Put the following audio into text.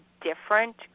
different